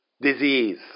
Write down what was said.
disease